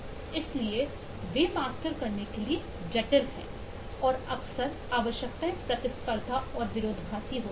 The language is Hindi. इसलिए वे मास्टर करने के लिए जटिल हैं और अक्सर आवश्यकताएं प्रतिस्पर्धा और विरोधाभासी होती हैं